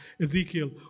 Ezekiel